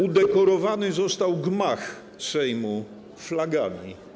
Udekorowany został gmach Sejmu flagami.